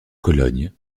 cologne